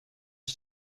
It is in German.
ich